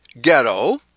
ghetto